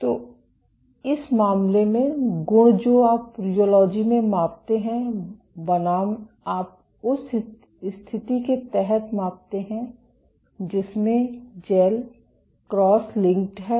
तो इस मामले में गुण जो आप रियोलॉजी में मापते हैं बनाम आप उस स्थिति के तहत मापते हैं जिसमें जैल क्रॉस लिंक्ड है